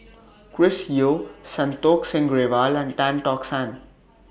Chris Yeo Santokh Singh Grewal and Tan Tock San